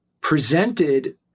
presented